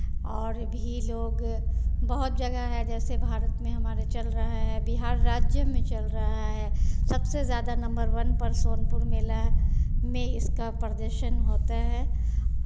और भी लोग बहुत जगह है जैसे भारत में हमारे चल रहा है बिहार राज्य में चल रहा है सबसे ज़्यादा नम्बर वन पर सोनपुर मेला में इसका प्रदर्शन होता है